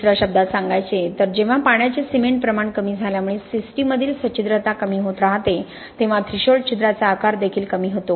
दुस या शब्दात सांगायचे तर जेव्हा पाण्याचे सिमेंट प्रमाण कमी झाल्यामुळे सिस्टीममधील सच्छिद्रता कमी होत राहते तेव्हा थ्रेशोल्ड छिद्राचा आकार देखील कमी होतो